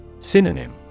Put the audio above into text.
Synonym